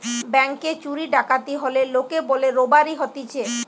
ব্যাংকে চুরি ডাকাতি হলে লোকে বলে রোবারি হতিছে